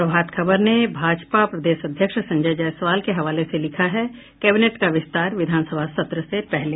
प्रभात खबर ने भाजपा प्रदेश अध्यक्ष संजय जायसवाल के हवाले से लिखा है कैबिनेट का विस्तार विधानसभा सत्र से पहले